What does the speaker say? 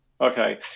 Okay